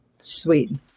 Sweet